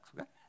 okay